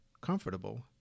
comfortable